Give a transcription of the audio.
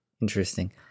interesting